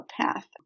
path